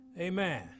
Amen